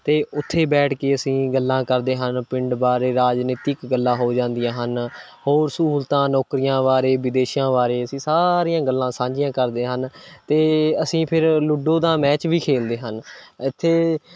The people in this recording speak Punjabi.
ਅਤੇ ਉੱਥੇ ਬੈਠ ਕੇ ਅਸੀਂ ਗੱਲਾਂ ਕਰਦੇ ਹਨ ਪਿੰਡ ਬਾਰੇ ਰਾਜਨੀਤਿਕ ਗੱਲਾਂ ਹੋ ਜਾਂਦੀਆਂ ਹਨ ਹੋਰ ਸਹੂਲਤਾਂ ਨੌਕਰੀਆਂ ਬਾਰੇ ਵਿਦੇਸ਼ਾਂ ਬਾਰੇ ਅਸੀਂ ਸਾਰੀਆਂ ਗੱਲਾਂ ਸਾਂਝੀਆਂ ਕਰਦੇ ਹਨ ਅਤੇ ਅਸੀਂ ਫਿਰ ਲੂਡੋ ਦਾ ਮੈਚ ਵੀ ਖੇਲਦੇ ਹਨ ਇੱਥੇ